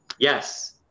Yes